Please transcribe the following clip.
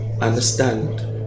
understand